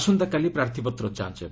ଆସନ୍ତାକାଲି ପ୍ରାର୍ଥୀପତ୍ର ଯାଞ୍ ହେବ